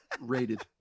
rated